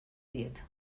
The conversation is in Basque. diet